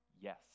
Yes